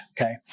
okay